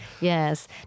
Yes